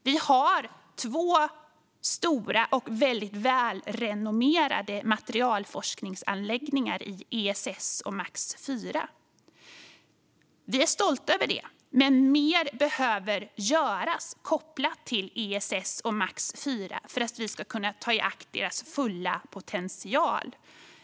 Vi har två stora och mycket välrenommerade materialforskningsanläggningar i ESS och MAX IV. Vi är stolta över det, men mer behöver göras kopplat till ESS och MAX IV för att vi ska kunna ta till vara deras fulla potential.